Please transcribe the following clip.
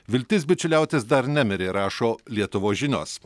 viltis bičiuliautis dar nemirė rašo lietuvos žinios